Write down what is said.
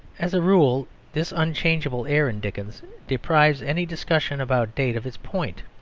as a rule this unchangeable air in dickens deprives any discussion about date of its point.